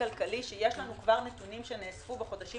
החברתי-כלכלי שיש לנו כבר נתונים שנאספו בחודשים